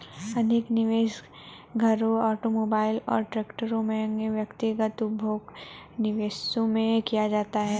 अधिक निवेश घरों ऑटोमोबाइल और ट्रेलरों महंगे व्यक्तिगत उपभोग्य निवेशों में किया जाता है